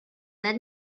let